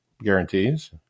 guarantees